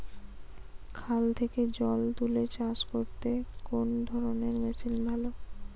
খাল থেকে জল তুলে চাষ করতে কোন ধরনের মেশিন ভালো?